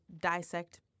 Dissect